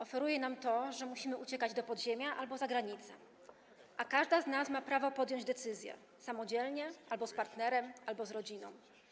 Oferuje nam to, że musimy uciekać do podziemia albo za granicę, a każda z nas ma prawo podjąć decyzję samodzielnie albo z partnerem, albo z rodziną.